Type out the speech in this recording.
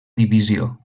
divisió